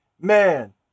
man